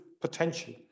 potential